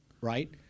right